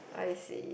I see